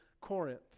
Corinth